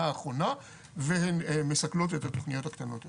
האחרונה והן מסתכלות את התוכניות הקטנות האלה.